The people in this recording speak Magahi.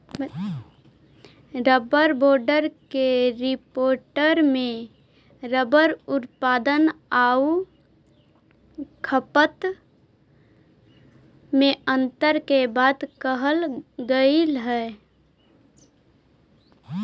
रबर बोर्ड के रिपोर्ट में रबर उत्पादन आउ खपत में अन्तर के बात कहल गेलइ हे